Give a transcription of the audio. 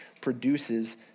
produces